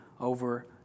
over